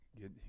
get